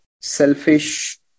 selfish